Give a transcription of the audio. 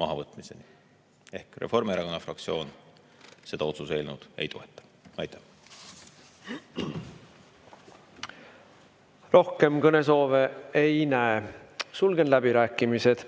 mahavõtmiseni. Reformierakonna fraktsioon seda otsuse eelnõu ei toeta. Aitäh! Rohkem kõnesoove ei näe, sulgen läbirääkimised.